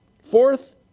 Fourth